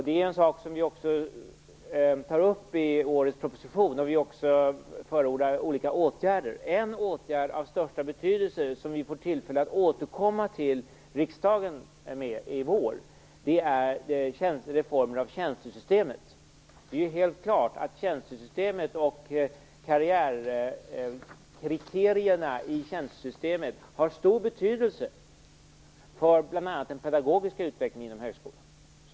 Det är en sak som vi också tar upp i årets proposition där vi förordar olika åtgärder. En åtgärd av största betydelse, som vi får tillfälle att återkomma till i riksdagen i vår, är reformer av tjänstesystemet. Det är helt klart att tjänstesystemet och karriärkriterierna i tjänstesystemet har stor betydelse för bl.a. den pedagogiska utvecklingen inom högskolan.